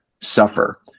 suffer